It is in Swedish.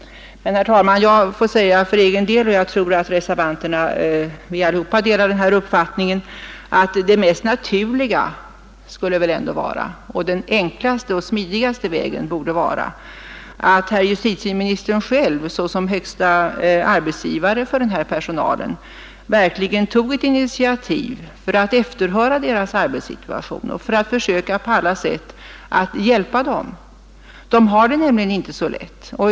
Herr talman! Jag får säga för egen del, och jag tror att samtliga reservanter delar denna uppfattning, att det mest naturliga och den enklaste och smidigaste vägen borde vara att herr justitieministern själv såsom högste arbetsgivare för denna personal verkligen tog ett initiativ för att efterhöra dess arbetssituation och för att försöka att på alla sätt hjälpa den. Den har det nämligen inte så lätt.